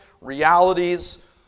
realities